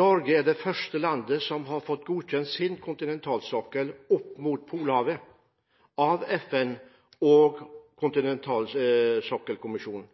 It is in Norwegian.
Norge er det første landet som har fått godkjent sin kontinentalsokkel opp mot Polhavet av FN og Kontinentalsokkelkommisjonen.